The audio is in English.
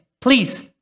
Please